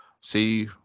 see